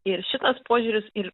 ir šitas požiūris ir